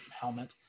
helmet